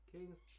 King's